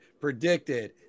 predicted